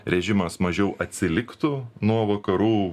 režimas mažiau atsiliktų nuo vakarų